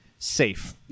safe